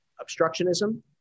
obstructionism